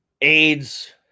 aids